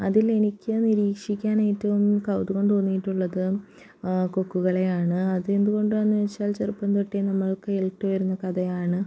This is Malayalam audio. അതിലെനിക്ക് നിരീക്ഷിക്കാൻ ഏറ്റവും കൗതുകം തോന്നിയിട്ടുള്ളത് കൊക്കുകളെയാണ് അതെന്തുകൊണ്ടാണെന്ന് വച്ചാൽ ചെറുപ്പം തൊട്ടേ നമ്മൾ കേട്ടു വരുന്ന കഥയാണ്